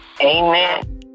Amen